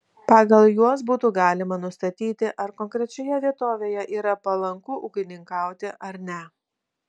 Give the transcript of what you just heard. pagal juos būtų galima nustatyti ar konkrečioje vietovėje yra palanku ūkininkauti ar ne